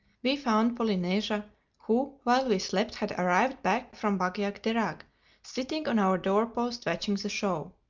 we found polynesia who while we slept had arrived back from bag-jagderag sitting on our door-post watching the show.